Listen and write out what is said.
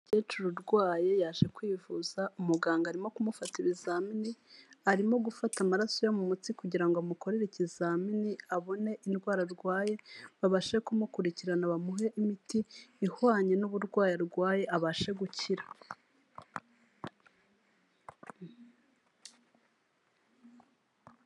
Umukecuru urwaye yaje kwivuza umuganga arimo kumufata ibizamini, arimo gufata amaraso yo mu mutsi kugira ngo amukorere ikizamini abone indwara arwaye babashe kumukurikirana, bamuhe imiti ihwanye n'uburwayi arwaye abashe gukira.